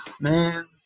Man